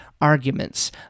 arguments